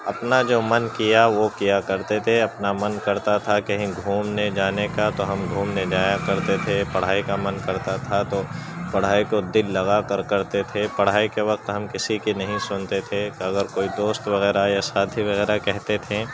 اپنا جو من کیا وہ کیا کرتے تھے اپنا من کرتا تھا کہیں گھومنے جانے کا تو ہم گھومنے جایا کرتے تھے پڑھائی کا من کرتا تھا تو پڑھائی کو دل لگا کر کرتے تھے پڑھائی کے وقت ہم کسی کی نہیں سنتے تھے اگر کوئی دوست وغیرہ یا ساتھی وغیرہ کہتے تھے